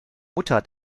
mutter